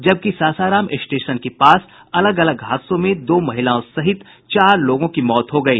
जबकि सासाराम स्टेशन के पास अलग अलग हादसों में दो महिलाओं सहित चार लोगों की मौत हो गयी